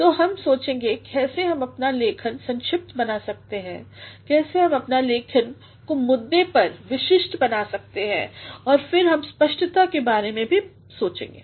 तो हम सोचेंगे कैसे हम अपना लेखन संक्षिप्त बना सकते हैं कैसे हम अपने लेखन को मुद्दे पर विशिष्ट बना सकते हैं और फिर हम स्पष्टता के बारे में भी सोचेंगे